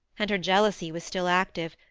and her jealousy was still active,